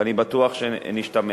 ואני בטוח שנשתמע.